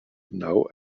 now